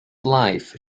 life